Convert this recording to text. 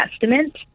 Testament